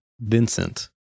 Vincent